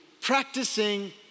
Practicing